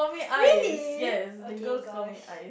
really okay gosh